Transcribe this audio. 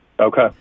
Okay